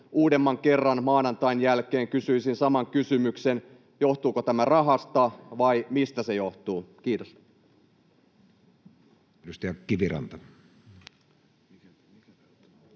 uudemman kerran maanantain jälkeen kysyisin saman kysymyksen: johtuuko tämä rahasta, vai mistä se johtuu? — Kiitos. [Speech 12]